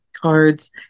cards